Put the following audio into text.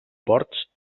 ports